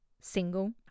single